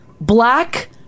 Black